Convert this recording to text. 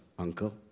Uncle